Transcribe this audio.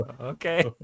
okay